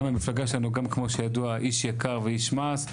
גם מהמפלגה שלנו, גם כמו שידוע איש יקר ואיש מעש.